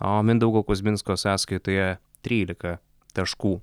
o mindaugo kuzminsko sąskaitoje trylika taškų